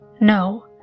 No